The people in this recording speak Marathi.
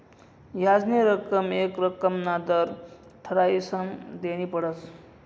याजनी रक्कम येक रक्कमना दर ठरायीसन देनी पडस